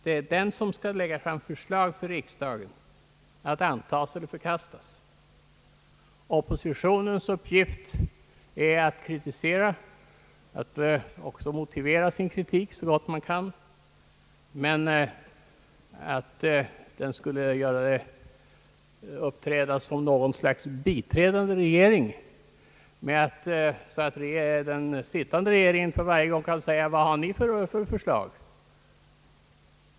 Det är den som skall lägga fram förslag för riksdagen att antas eller förkastas. Oppositionens uppgift är att kritisera och att motivera sin kritik så gott man kan. Men det kan inte vara rimligt att den skall uppträda som något slags biträdande regering, så att den sittande regeringen varje gång kan fråga: Vad har ni för förslag?